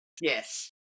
Yes